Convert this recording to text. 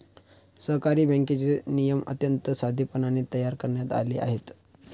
सहकारी बँकेचे नियम अत्यंत साधेपणाने तयार करण्यात आले आहेत